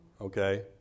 okay